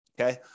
Okay